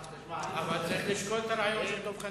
אבל צריך לשקול את הרעיון של חבר הכנסת דב חנין.